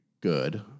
good